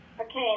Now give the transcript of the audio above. okay